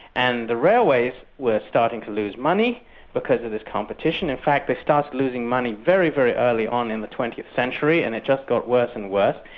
and the railways were starting to lose money because of this competition in fact they started losing money very, very early on in the twentieth century, and it just got worse and worse.